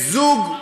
זוג,